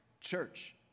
church